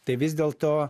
tai vis dėlto